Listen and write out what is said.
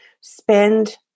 spend